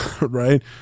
Right